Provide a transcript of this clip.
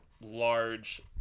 large